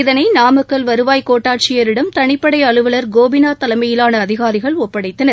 இதனை நாமக்கல் வருவாய் கோட்டாட்சியரிடம் தனிப்படை அலுவலர் கோபிநாத் தலைமையிலான அதிகாரிகள் ஒப்படைத்தனர்